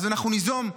אז אנחנו ניזום,